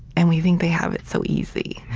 and we think they have it so easy.